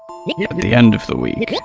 yeah the end of the week,